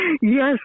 Yes